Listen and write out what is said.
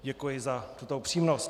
Děkuji za tuto upřímnost.